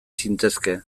zintezke